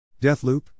Deathloop